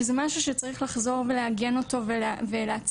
וזה משהו שצריך לחזור ולעגן אותו ולהציף